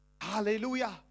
Hallelujah